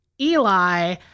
Eli